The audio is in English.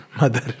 Mother